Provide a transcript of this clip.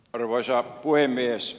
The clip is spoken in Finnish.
arvoisa puhemies